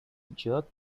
jerked